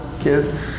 kids